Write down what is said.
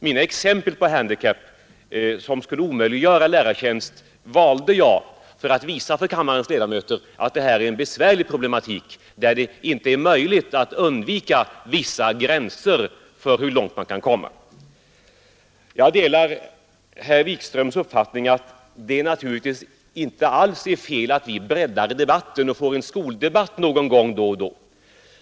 Mina exempel på handikapp som skulle omöjliggöra lärartjänst valde jag för att visa kammarens ledamöter att detta är en besvärlig problematik, där det inte är möjligt att undvika vissa gränser för hur långt man kan komma. Jag delar herr Wikströms uppfattning att det naturligtvis inte är fel att vi breddar debatten och får en skoldebatt då och då.